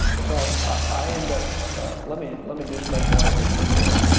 so i end up let me let me just make one additional point.